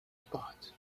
spot